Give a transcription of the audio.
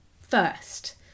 first